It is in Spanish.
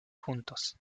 juntos